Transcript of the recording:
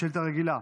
שאילתה רגילה,